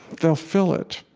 they'll fill it,